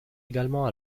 également